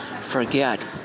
forget